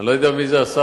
אני לא יודע מי השר.